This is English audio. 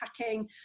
packing